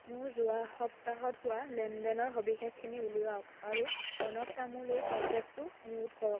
মোৰ যোৱা সপ্তাহত হোৱা লেনদেনৰ সবিশেষখিনি উলিয়াওক আৰু প্ৰণৱ তামুলীৰ কণ্টেকটো মিউট কৰক